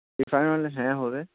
refined oil হ্যাঁ হবে